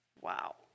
Wow